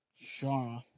Shaw